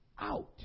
out